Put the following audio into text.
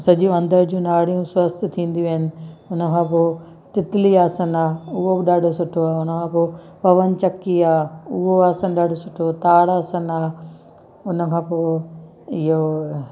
सॼियूं अंदरि जी नाड़ियूं स्वस्थ थींदियूं आहिनि हुनखां पोइ तितली आसन आहे उहो बि ॾाढो सुठो आहे उनखां पोइ पवन चक्की आहे उहो आसन ॾाढो सुठो ताड़ आसन आहे उनखां पोइ इहो